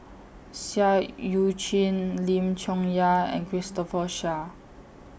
Seah EU Chin Lim Chong Yah and Christopher Chia